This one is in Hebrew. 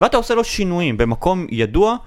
ואתה עושה לו שינויים במקום ידוע